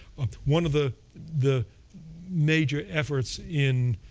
one of the the major efforts in